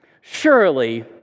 surely